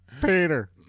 Peter